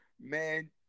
man